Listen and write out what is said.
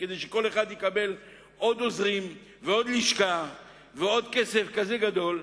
כדי שכל אחד יקבל עוד עוזרים ועוד לשכה ועוד כסף כזה גדול.